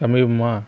சமீபமாக